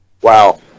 wow